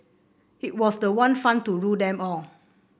it was the one fund to rule them all